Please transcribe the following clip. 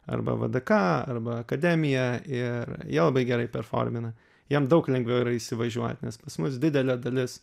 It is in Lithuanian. arba vdk arba akademiją ir jie labai gerai performina jiem daug lengviau yra įsivažiuot nes pas mus didelė dalis